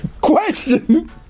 Question